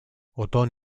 otón